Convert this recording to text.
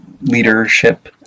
leadership